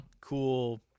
cool